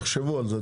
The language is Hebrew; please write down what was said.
תחשבו על זה,